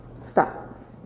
Stop